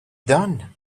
done